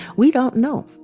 we don't know.